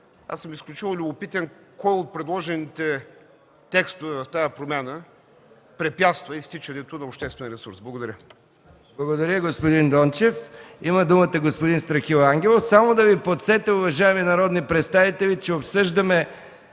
аз съм изключително любопитен кой от предложените текстове в тази промяна препятства изтичането на обществен ресурс? Благодаря. ПРЕДСЕДАТЕЛ МИХАИЛ МИКОВ: Благодаря, господин Дончев. Има думата господин Страхил Ангелов. Само да Ви подсетя, уважаеми народни представители, че обсъждаме